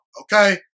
Okay